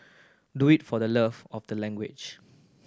do it for the love of the language